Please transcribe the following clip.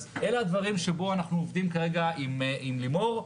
אז אלה הדברים שבהם אנחנו עובדים כרגע עם לימור,